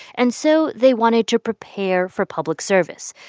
and so they wanted to prepare for public service.